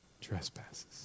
trespasses